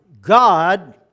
God